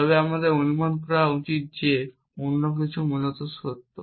তবে আমাদের অনুমান করা উচিত যে অন্য কিছু মূলত সত্য